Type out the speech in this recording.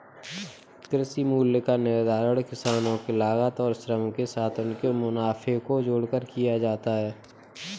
कृषि मूल्य का निर्धारण किसानों के लागत और श्रम के साथ उनके मुनाफे को जोड़कर किया जाता है